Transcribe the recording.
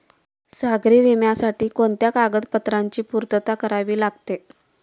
सागरी विम्यासाठी कोणत्या कागदपत्रांची पूर्तता करावी लागते?